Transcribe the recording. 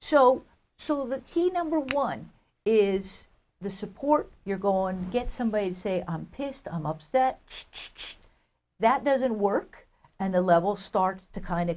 so so let's see number one is the support your go on get somebody to say i'm pissed i'm upset that doesn't work and the level starts to kind of